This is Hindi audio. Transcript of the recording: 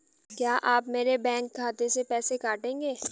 क्या आप मेरे बैंक खाते से पैसे काटेंगे?